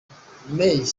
may